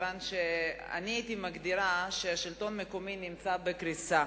מכיוון שאני הייתי אומרת שהשלטון המקומי נמצא בקריסה